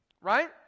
Right